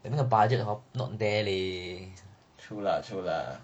true lah true lah